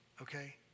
okay